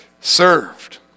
served